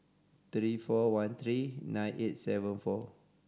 three four one three nine eight seven four